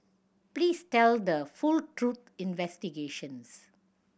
please tell the full truth investigations